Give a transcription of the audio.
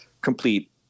complete